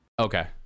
okay